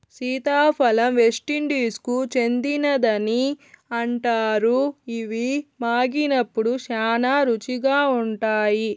సీతాఫలం వెస్టిండీస్కు చెందినదని అంటారు, ఇవి మాగినప్పుడు శ్యానా రుచిగా ఉంటాయి